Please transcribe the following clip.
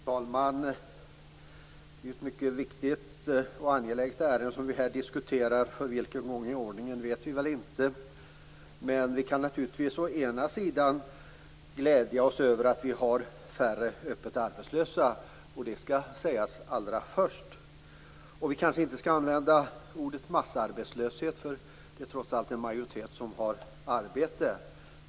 Fru talman! Det är ett mycket viktigt och angeläget ärende som vi här diskuterar - för vilken gång i ordningen vet vi väl inte. Vi kan naturligtvis å ena sidan glädja oss över att vi har färre öppet arbetslösa, och det skall sägas allra först. Vi kanske inte heller skall använda ordet massarbetslöshet. Det är trots allt en majoritet som har arbete.